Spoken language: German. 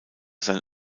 sein